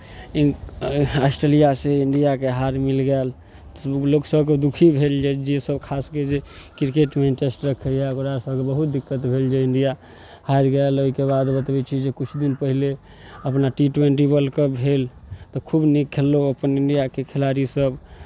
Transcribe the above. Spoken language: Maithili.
आस्ट्रेलियासँ इंडियाके हार मिल गेल लोकसभकेँ दुखी भेल जे जेसभ खास कऽ जे क्रिकेटमे इन्ट्रेस्ट रखैए ओकरा सभके बहुत दिक्कत भेल जे इंडिया हारि गेल ओहिके बाद बतबै छी जे किछु दिन पहिले अपना टी ट्वेन्टी वर्ल्ड कप भेल तऽ खूब नीक खेललहुँ अपन इंडियाके खिलाड़ीसभ